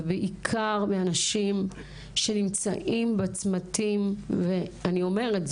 ובעיקר מאנשים שנמצאים בצמתים ואני אומרת,